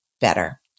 better